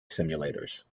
simulators